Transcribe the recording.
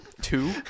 two